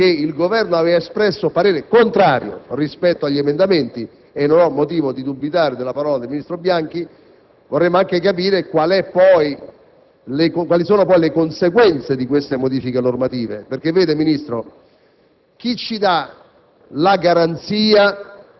Poiché il Ministro ha affermato in questa sede che il Governo aveva espresso parere contrario rispetto agli emendamenti, e non ho motivo di dubitare della parola del ministro Bianchi, vorremmo capire quali sono le conseguenze di queste modifiche normative. Infatti, signor Ministro,